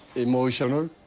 emotional.